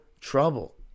trouble